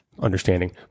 Understanding